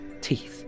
teeth